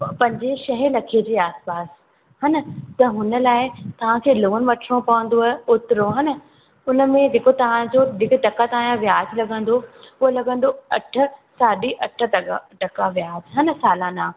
पंजे शहे लॻे जे आसपास हा न पोइ हुन लाइ तव्हांखे लोन वठिणो पवंदो ओतिरो हा न उन में जेको तव्हांजो जेके टका तव्हांजो व्याजु लॻंदो उहा लॻंदो अठ साढी अठ टका टका व्याजु हा न सालाना